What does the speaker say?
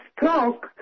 talk